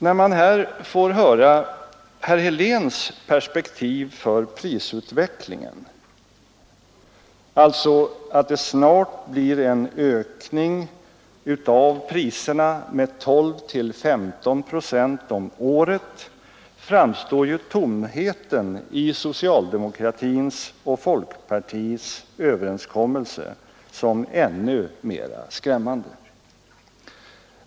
När man här får ta del av herr Heléns perspektiv för prisutvecklingen — alltså att det snart blir en ökning av priserna med 12—15 procent om året — framstår ju tomheten i socialdemokratins och folkpartiets överenskommelse som ännu mera skrämmande.